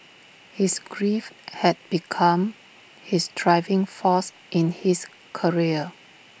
his grief had become his driving force in his career